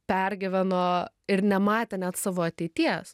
pergyveno ir nematė net savo ateities